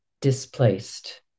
Displaced